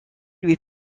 lui